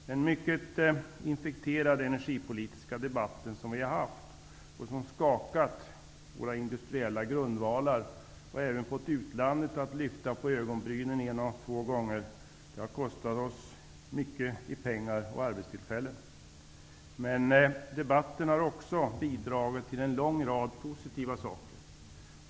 Den mycket infekterade energipolitiska debatt vi har haft och som skakat våra industriella grundvalar har även fått utlandet att lyfta på ögonbrynen en eller två gånger. Det har kostat oss mycket i pengar och arbetstillfällen. Men debatten har också bidragit till en lång rad positiva saker.